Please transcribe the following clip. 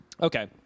Okay